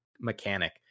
mechanic